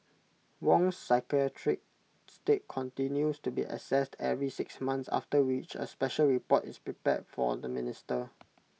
Wong's psychiatric state continues to be assessed every six months after which A special report is prepared for the minister